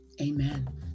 Amen